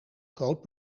groot